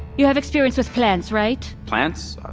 you have experience with plants, right? plants? ah,